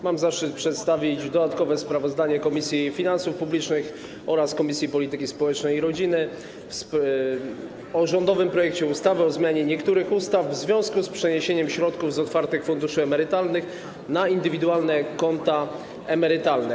Mam zaszczyt przedstawić dodatkowe sprawozdanie Komisji Finansów Publicznych oraz Komisji Polityki Społecznej i Rodziny o rządowym projekcie ustawy o zmianie niektórych ustaw w związku z przeniesieniem środków z otwartych funduszy emerytalnych na indywidualne konta emerytalne.